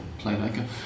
playmaker